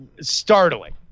startling